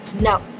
No